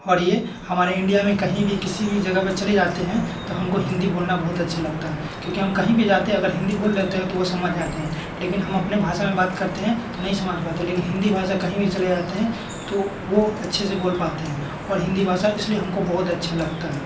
और ये हमारे इंडिया में कहीं भी किसी भी जगह पे चले जाते हैं तो हमको हिंदी बोलना बहुत अच्छा लगता है क्योंकि हम कहीं पे जाते हैं और हिंदी बोल लेते हैं तो वो समझ जाते हैं लेकिन हम अपने भाषा में बात करते हैं तो नहीं समझ पाते लेकिन हिंदी भाषा कहीं भी चले जाते हैं तो वो अच्छे से बोल पाते हैं और हिंदी भाषा इसलिए हमको बहुत अच्छा लगता है